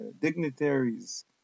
dignitaries